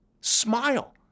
smile